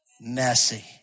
Messy